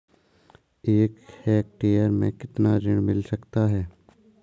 एक हेक्टेयर में कितना ऋण मिल सकता है?